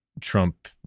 Trump